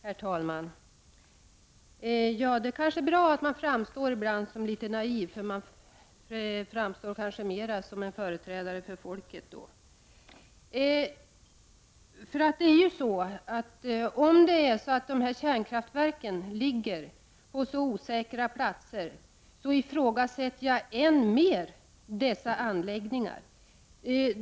Herr talman! Det är möjligt att det ibland kan vara bra att framstå som litet naiv, för då framstår man kanske mera som en företrädare för folket. Om kärnkraftverken ligger på så osäkra platser att man inte där kan förvara avfallet, då ifrågasätter jag än mer dessa anläggningar.